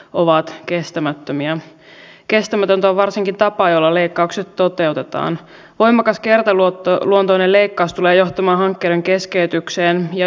siinä yhteydessä toteamme kantanamme sen että aluehallintouudistuksella voidaan edistää suomen talouskasvua määrittelemällä jokaiselle hallinnon tasolle sopiva rooli yritys ja työllisyyspalvelujen hoitamisessa